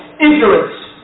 ignorance